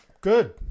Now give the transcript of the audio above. good